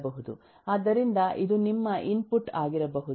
ಆದ್ದರಿಂದ ಇದು ನಿಮ್ಮ ಇನ್ಪುಟ್ ಆಗಿರಬಹುದು